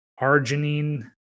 arginine